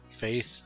faith